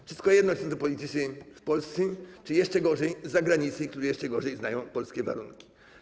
Wszystko jedno, czy są to politycy polscy, czy jeszcze gorzej - z zagranicy, którzy jeszcze gorzej znają polskie warunki.